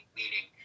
meeting